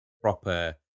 proper